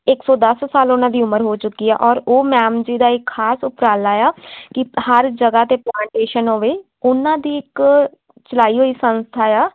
ਇੱਕ ਸੌ ਦਸ ਸਾਲ ਉਹਨਾਂ ਦੀ ਉਮਰ ਹੋ ਚੁੱਕੀ ਹੈ ਔਰ ਉਹ ਮੈਮ ਜੀ ਦਾ ਇੱਕ ਖਾਸ ਉਪਰਾਲਾ ਆ ਕਿ ਹਰ ਜਗ੍ਹਾ 'ਤੇ ਪਲਾਂਟੇਸ਼ਨ ਹੋਵੇ ਉਹਨਾਂ ਦੀ ਇੱਕ ਚਲਾਈ ਹੋਈ ਸੰਸਥਾ ਆ